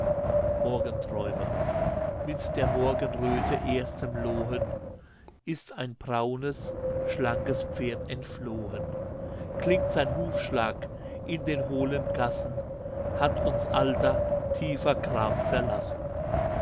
morgenträume mit der morgenröte erstem lohen ist ein braunes schlankes pferd entflohen klingt sein hufschlag in den hohlen gassen hat uns alter tiefer gram verlassen